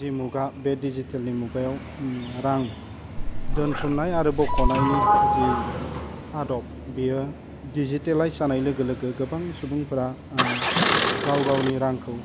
जि मुगा बे दिजिटेलनि मुगायाव उम रां दोनथुमनाय आरो बख'नायनि जि आदब बियो दिजिटेलाइस जानाय लोगो लोगो गोबां सुबुंफोरा ओह गावगावनि रांखौ